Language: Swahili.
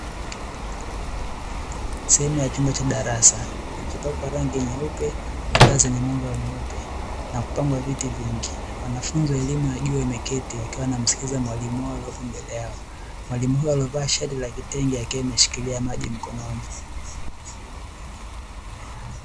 Sehemu ya chumba cha darasa, kilichopakwa rangi nyeupe na taa zenye mwanga mweupe, na kupangwa viti vingi. Wanafunzi wa elimu ya juu wameketi, wakiwa wanamsikiliza mwalimu wao aliyepo mbele yao. Mwalimu huyo amevaa shati ya kitenge, akiwa ameshikilia maji mkononi.